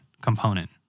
component